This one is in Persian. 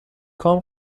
کام